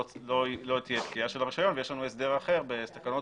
לא תהיה פקיעה של הרישיון ויש לנו הסדר אחר בתקנות